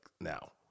now